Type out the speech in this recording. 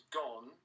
gone